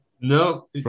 No